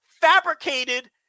fabricated